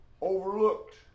overlooked